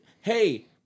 hey